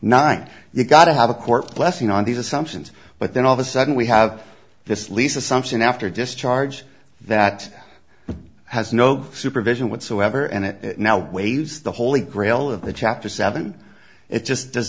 nine you've got to have a court blessing on these assumptions but then all of a sudden we have this lease assumption after discharge that has no supervision whatsoever and it now waves the holy grail of the chapter seven it just does